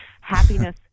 happiness